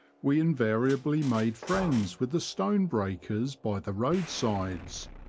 we invariably made friends with the stone breakers by the road-sides,